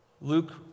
Luke